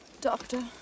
Doctor